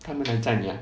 他们来载你啊